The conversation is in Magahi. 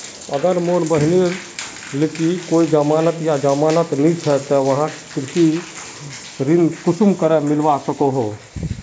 अगर मोर बहिनेर लिकी कोई जमानत या जमानत नि छे ते वाहक कृषि ऋण कुंसम करे मिलवा सको हो?